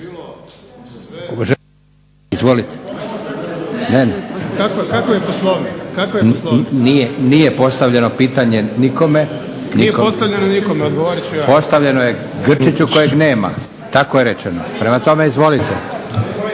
/Upadica: Nije postavljeno nikome. Odgovorit ću ja./ … Postavljeno je Grčiću kojeg nema, tako je rečeno. Prema tome izvolite.